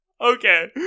Okay